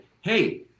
Hey